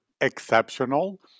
exceptional